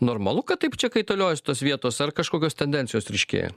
normalu kad taip čia kaitaliojas tos vietos ar kažkokios tendencijos ryškėja